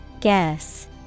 Guess